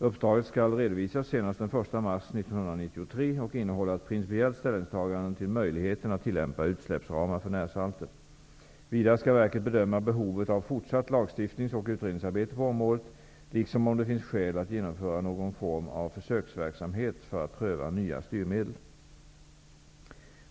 Uppdraget skall redovisas senast den 1 mars 1993 och innehålla ett principiellt ställningstagande till möjligheten att tillämpa utsläppsramar för närsalter. Vidare skall verket bedöma behovet av fortsatt lagstiftnings och utredningsarbete på området liksom om det finns skäl att genomföra någon form av försöksverksamhet för att pröva nya styrmedel.